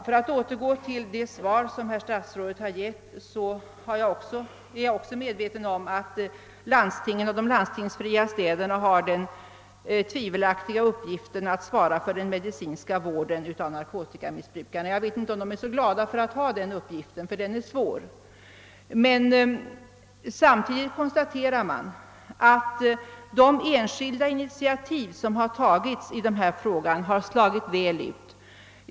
För att återgå till det svar som herr statsrådet lämnat vill jag säga att jag är medveten om att landstingen och de landstingsfria städerna har den otacksamma uppgiften att svara för den medicinska vården av narkotikamissbrukarna. Jag vet inte om de är så glada över uppgiften, ty den är svår. De enskilda initiativ som tagits i denna fråga har dock slagit väl ut.